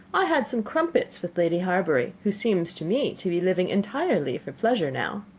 i had some crumpets with lady harbury, who seems to me to be living entirely for pleasure now.